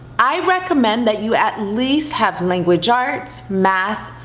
i recommend that you at least have language arts, math,